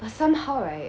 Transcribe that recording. but somehow right